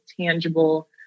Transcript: tangible